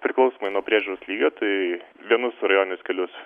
priklausomai nuo priežiūros lygio tai vienus rajoninius kelius